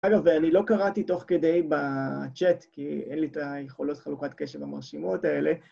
אגב, ואני לא קראתי תוך כדי בצ'אט כי אין לי את היכולות חלוקת קשב המרשימות האלה.